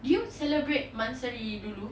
do you celebrate monthsary dulu